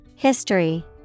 history